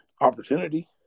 opportunity